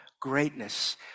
greatness